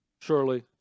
surely